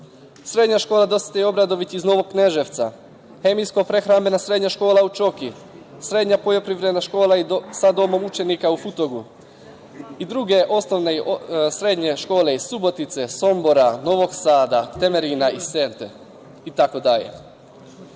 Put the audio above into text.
škola „Dositej Obradović“ iz Novog Kneževca, Hemijsko prehrambena srednja škola u Čoki, Srednja poljoprivredna škola sa domom učenika u Futogu i druge osnovne i srednje škole iz Subotice, Sombora, Novog Sada, Temerina, Sente itd.U